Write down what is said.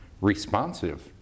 responsive